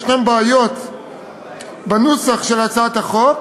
יש בעיות בנוסח של הצעת החוק,